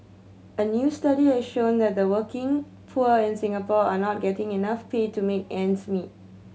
a new study has shown that the working poor in Singapore are not getting enough pay to make ends meet